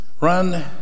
Run